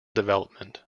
development